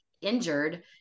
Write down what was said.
injured